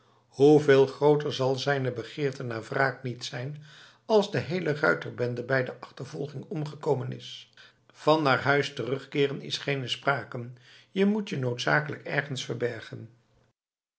hoeveel grooter zal zijne begeerte naar wraak niet zijn als de heele ruiterbende bij de achtervolging omgekomen is van naar huis terugkeeren is geene sprake je moet je noodzakelijk ergens verbergen